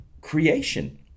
creation